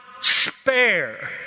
spare